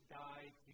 died